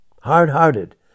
hard-hearted